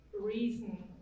reason